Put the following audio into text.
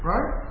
Right